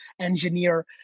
engineer